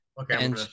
Okay